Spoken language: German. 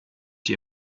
die